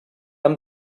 amb